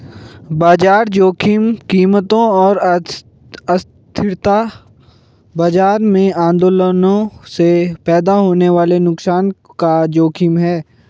बाजार जोखिम कीमतों और अस्थिरता बाजार में आंदोलनों से पैदा होने वाले नुकसान का जोखिम है